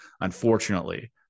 Unfortunately